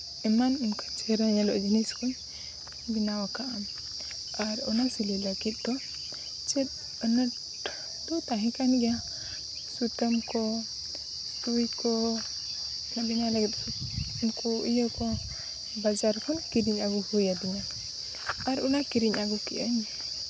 ᱮᱢᱟᱱ ᱚᱱᱠᱟ ᱪᱮᱦᱨᱟ ᱧᱮᱞᱚᱜ ᱡᱤᱱᱤᱥ ᱠᱚᱧ ᱵᱮᱱᱟᱣ ᱟᱠᱟᱫᱼᱟ ᱟᱨ ᱚᱱᱟ ᱥᱤᱞᱟᱹᱭ ᱞᱟᱹᱜᱤᱫ ᱫᱚ ᱪᱮᱫ ᱟᱱᱟᱴ ᱫᱚ ᱛᱟᱦᱮᱸᱠᱟᱱ ᱜᱮᱭᱟ ᱥᱩᱛᱟᱹᱢ ᱠᱚ ᱥᱩᱭ ᱠᱚ ᱵᱮᱱᱟᱣ ᱞᱟᱹᱜᱤᱫ ᱩᱱᱠᱩ ᱤᱭᱟᱹ ᱠᱚ ᱵᱟᱡᱟᱨ ᱠᱷᱚᱱ ᱠᱤᱨᱤᱧ ᱟᱹᱜᱩ ᱦᱩᱭᱟᱫᱤᱧᱟ ᱟᱨ ᱚᱱᱟ ᱠᱤᱨᱤᱧ ᱟᱹᱜᱩ ᱠᱮᱫᱼᱟᱹᱧ